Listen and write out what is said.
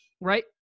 right